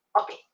Okay